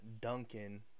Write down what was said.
Duncan